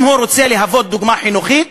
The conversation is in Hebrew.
אם הוא רוצה להוות דוגמה חינוכית